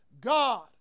God